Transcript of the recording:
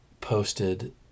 posted